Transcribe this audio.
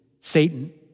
Satan